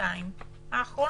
בשנתיים האחרונות?